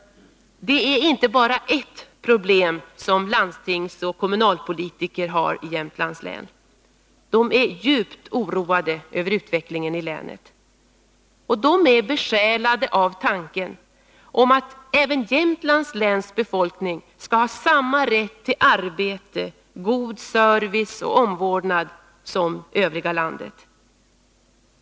Det är inte bara ett problem som landstingsoch kommunalpolitiker i Jämtlands län har. De är djupt oroade över utvecklingen i länet. De är besjälade av tanken att Jämtlands läns befolkning skall ha samma rätt till arbete, god service och omvårdnad som befolkningen i övriga delar av landet.